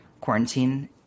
quarantine